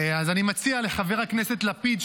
אז אני מציע לחבר הכנסת לפיד,